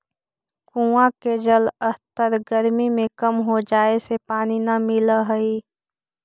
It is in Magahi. कुआँ के जलस्तर गरमी में कम हो जाए से पानी न मिलऽ हई